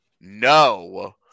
No